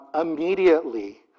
immediately